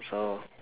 so